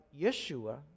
Yeshua